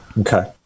Okay